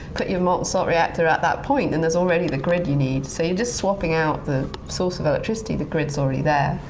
put your molten salt reactor at that point and there's already the grid you need. you're just swapping out the source of electricity, the grid's already there.